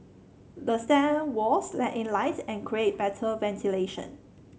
the stair walls let in light and create better ventilation